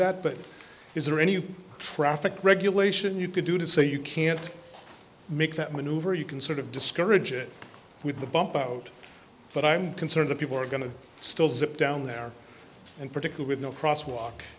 that but is there any traffic regulation you could do to say you can't make that maneuver you can sort of discourage it with a bump out but i'm concerned that people are going to still sit down there in particular with no crosswalk